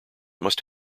must